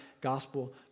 gospel